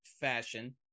fashion